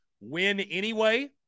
win-anyway